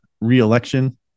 re-election